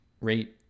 rate